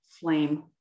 flame